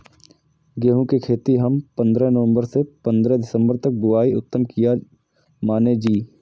गेहूं के खेती हम पंद्रह नवम्बर से पंद्रह दिसम्बर तक बुआई उत्तम किया माने जी?